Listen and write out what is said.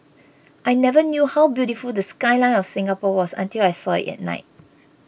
I never knew how beautiful the skyline of Singapore was until I saw it at night